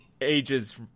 ages